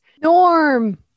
Norm